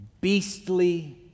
beastly